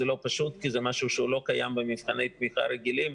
זה לא פשוט כי זה משהו שלא קיים במבחני תמיכה רגילים,